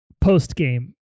post-game